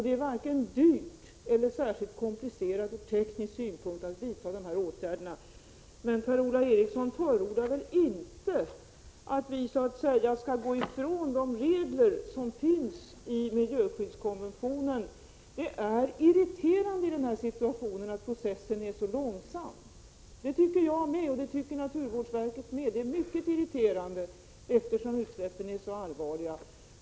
Det är varken dyrt eller särskilt komplicerat ur teknisk synpunkt att vidta erforderliga åtgärder. Men Per-Ola Eriksson förordar väl inte att vi skall gå ifrån de regler som finns i miljöskyddskonventionen. Det är irriterande i den här situationen att processen är så långsam — det tycker jag med och det tycker naturvårdsverket med — eftersom utsläppen är så allvarliga.